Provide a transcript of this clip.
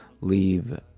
leave